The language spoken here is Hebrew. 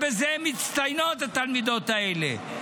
בזה הן מצטיינות, התלמידות האלה.